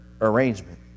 arrangement